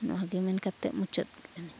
ᱱᱚᱣᱟᱜᱮ ᱢᱮᱱ ᱠᱟᱛᱮᱫ ᱢᱩᱪᱟᱹᱫ ᱮᱱ